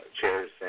chairs